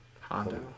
Honda